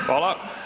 Hvala.